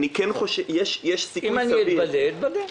אם אני אתבדה, אני אתבדה.